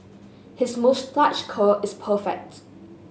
his moustache curl is perfect